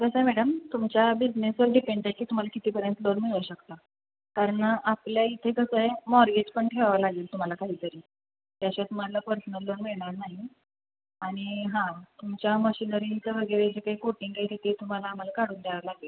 कसं आहे मॅडम तुमच्या बिजनेसवर डिपेंड आहे की तुम्हाला कितीपर्यंत लोन मिळू शकतं कारण आपल्या इथे कसं आहे मॉर्गेज पण ठेवावं लागेल तुम्हाला काहीतरी त्याशिवाय तुम्हाला पर्सनल लोन मिळणार नाही आणि हां तुमच्या मशिनरींचं वगैरे जे काय कोटिंग आहे तिथे तुम्हाला आम्हाला काढून द्यावं लागेल